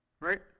right